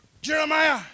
Jeremiah